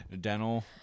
dental